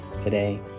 today